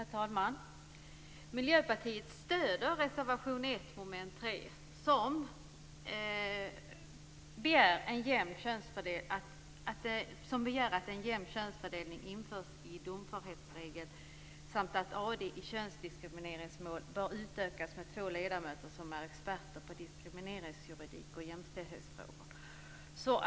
Herr talman! Miljöpartiet stöder reservation 1 under mom. 3. Den begär att en jämn könsfördelning införs i en domförhetsregel samt att AD i könsdiskrimineringsmål bör utökas med två ledamöter som är experter på diskrimineringsjuridik och jämställdhetsfrågor.